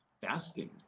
Fasting